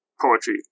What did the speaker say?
poetry